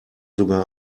sogar